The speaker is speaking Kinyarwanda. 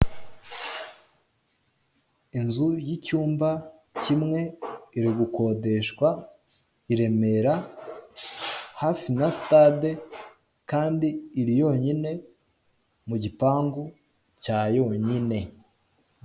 Inzu y'icyumba kimwe iri gukodeshwa i remera hafi na sitade kandi iri yonyine mu gipangu cya yonyine.